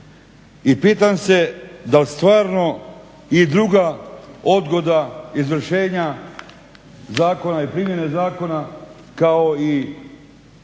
i pitam se dal stvarno i druga odgoda izvršenja zakona i primjene zakona kao i